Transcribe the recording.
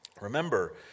Remember